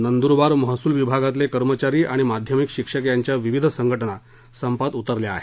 नंदुरबार महसुल विभागातले कर्मचारी आणि माध्यमिक शिक्षक यांच्या विविध संघटना संपात उतरलेल्या आहेत